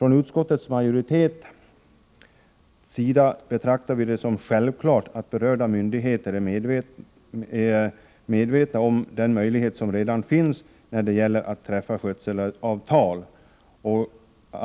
Viiutskottsmajoriteten betraktar det som självklart att berörda myndigheter är medvetna om den möjlighet som redan finns när det gäller att träffa skötselavtal.